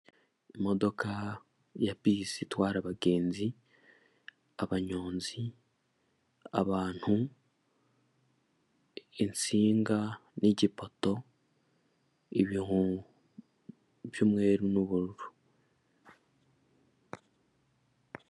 Imodoka ya bisi itwara abagenzi, abanyonzi, abantu, insinga n'igipoto, ibihu by'umweru n'ubururu.